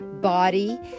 body